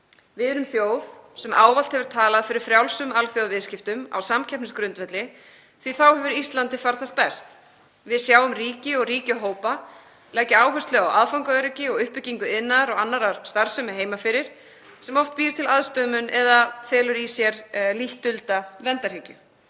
Við erum þjóð sem ávallt hefur talað fyrir frjálsum alþjóðaviðskiptum á samkeppnisgrundvelli því að þá hefur Íslandi farnast best. Við sjáum ríki og ríkjahópa leggja áherslu á aðfangaöryggi og uppbyggingu iðnaðar og annarrar starfsemi heima fyrir sem oft býr til aðstöðumun eða felur í sér lítt dulda verndarhyggju.